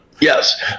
Yes